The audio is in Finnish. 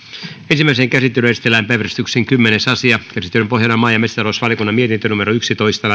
ensimmäiseen käsittelyyn esitellään päiväjärjestyksen kymmenes asia käsittelyn pohjana on maa ja metsätalousvaliokunnan mietintö yksitoista